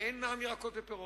ואין מע"מ על ירקות ופירות.